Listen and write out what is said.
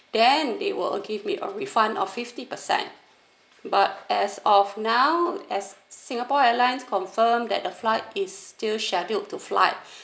then they will give me a refund of fifty percent but as of now as singapore airlines confirm that the flight is still scheduled to flight